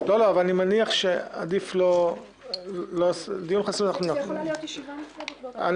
אבל אני מניח שעדיף לא --- זו יכולה להיות ישיבה נפרדת באותו יום.